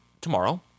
tomorrow